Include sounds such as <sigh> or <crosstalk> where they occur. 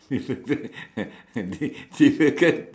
<laughs>